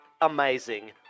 amazing